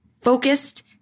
focused